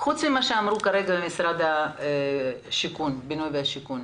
חוץ ממה שאמרו כרגע אנשי משרד הבינוי והשיכון,